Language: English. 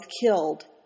killed